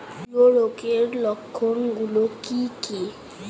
হূলো রোগের লক্ষণ গুলো কি কি?